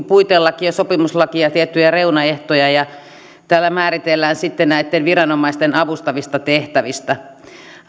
puitelaki sopimuslaki ja tiettyjä reunaehtoja ja tällä määritellään sitten näitten viranomaisten avustavista tehtävistä